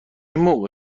موقع